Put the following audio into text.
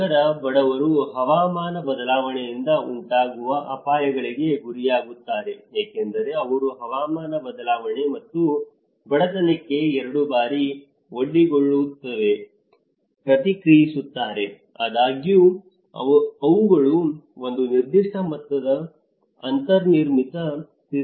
ನಗರ ಬಡವರು ಹವಾಮಾನ ಬದಲಾವಣೆಯಿಂದ ಉಂಟಾಗುವ ಅಪಾಯಗಳಿಗೆ ಗುರಿಯಾಗುತ್ತಾರೆ ಏಕೆಂದರೆ ಅವರು ಹವಾಮಾನ ಬದಲಾವಣೆ ಮತ್ತು ಬಡತನಕ್ಕೆ ಎರಡು ಬಾರಿ ಒಡ್ಡಿಕೊಳ್ಳುವುದಕ್ಕೆ ಪ್ರತಿಕ್ರಿಯಿಸುತ್ತಾರೆ ಆದಾಗ್ಯೂ ಅವುಗಳು ಒಂದು ನಿರ್ದಿಷ್ಟ ಮಟ್ಟದ ಅಂತರ್ನಿರ್ಮಿತ ಸ್ಥಿತಿಸ್ಥಾಪಕತ್ವವನ್ನು ಹೊಂದಿವೆ